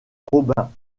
robin